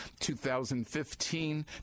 2015